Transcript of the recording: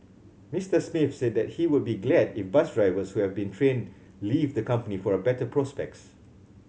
Mister Smith said that he would be glad if bus drivers who have been trained leave the company for a better prospects